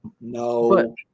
no